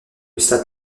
stade